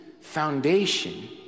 foundation